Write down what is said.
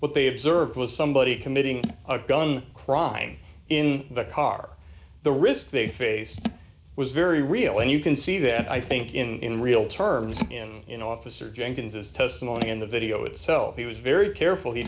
what they observed was somebody committing a gun crime in the car the risk they face was very real and you can see that i think in real terms in officer jenkins's testimony in the video itself he was very careful he